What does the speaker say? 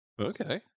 okay